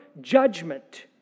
judgment